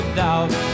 doubt